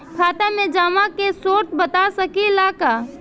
खाता में जमा के स्रोत बता सकी ला का?